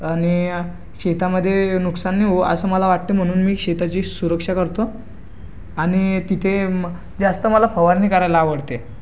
आणि शेतामध्ये नुकसान नाही होवो असं मला वाटतं म्हणून मी शेताची सुरक्षा करतो आणि तिथे जास्त मला फवारणी करायला आवडते